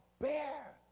bear